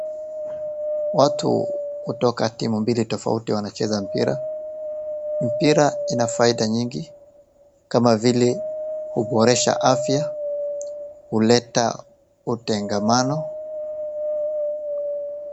Watu kutoka timu mbili tofauti wanacheza mpira. Mpira ina faida nyingi, kama vile huboresha afya, huleta utengamano...